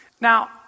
Now